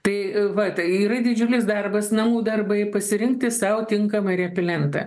tai va tai yra didžiulis darbas namų darbai pasirinkti sau tinkamą repilentą